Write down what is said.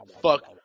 fuck –